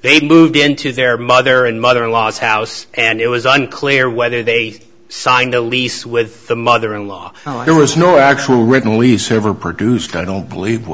they moved into their mother and mother in law's house and it was unclear whether they signed a lease with the mother in law there was no actual written lease never produced i don't believe